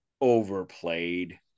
overplayed